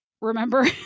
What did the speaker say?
Remember